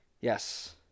Yes